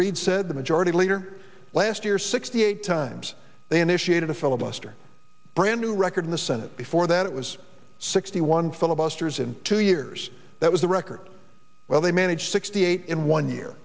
reid said the majority leader last year sixty eight times they initiated a filibuster brand new record in the senate before that it was sixty one filibusters in two years that was a record well they managed sixty eight in one year